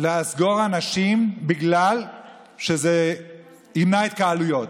לסגור אנשים בגלל שזה ימנע התקהלויות.